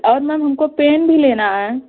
और मैम हमको पेन भी लेना है